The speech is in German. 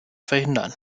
verhindern